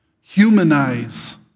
Humanize